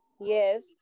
Yes